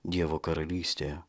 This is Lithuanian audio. dievo karalystėje